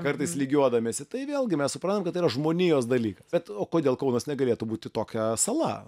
kartais lygiuodamiesi tai vėlgi mes suprantam kad tai yra žmonijos dalykas bet o kodėl kaunas negalėtų būti tokia sala